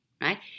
Right